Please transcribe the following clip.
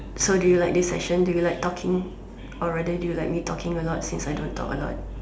so do you like this session do you like talking or rather do you like me talking a lot since I don't talk a lot